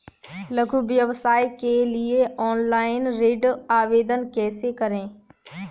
लघु व्यवसाय के लिए ऑनलाइन ऋण आवेदन कैसे करें?